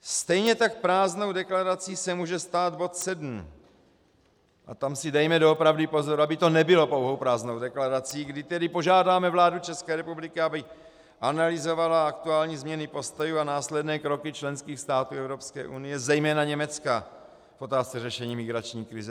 Stejně tak prázdnou deklarací se může stát bod 7, a tam si dejme doopravdy pozor, aby to nebylo pouhou prázdnou deklarací, kdy požádáme vládu České republiky, aby analyzovala aktuální změny postojů a následné kroky členských států Evropské unie, zejména Německa, v otázce řešení migrační krize.